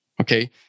Okay